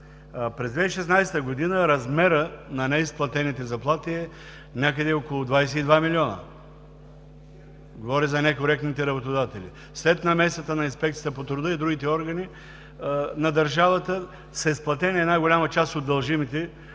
през 2016 г. размерът на неизплатените заплати е някъде около 22 милиона, говоря за некоректните работодатели. След намесата на Инспекцията по труда и другите органи на държавата, са изплатени голяма част от дължимите